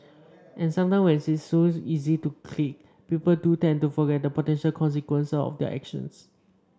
and sometimes when it's so easy to click people do tend to forget the potential consequences of their actions